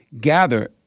gather